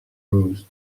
roost